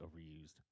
overused